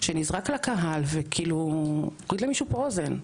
שנזרק לקהל והוריד למישהו פה אוזן.